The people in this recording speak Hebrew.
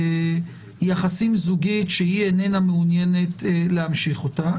יחסים זוגית שהיא איננה מעוניינת להמשיך אותה,